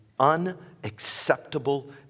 unacceptable